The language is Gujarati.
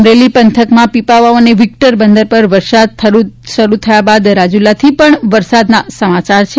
અમરેલી પંથકમાં પીપાવાવ અને વિક્ટર બંદર ઉપર વરસાદ શરુ થયા બાદ રાજૂલાથી પણ વરસાદના સમાચાર છે